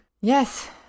Yes